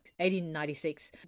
1896